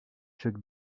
chuck